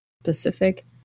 specific